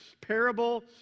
parable